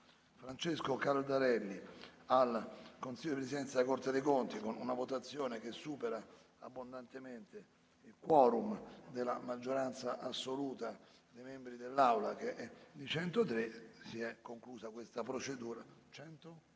Francesco Cardarelli al consiglio di presidenza della Corte dei conti, con una votazione che supera abbondantemente il *quorum* della maggioranza assoluta dei membri dell'Assemblea, si è conclusa questa procedura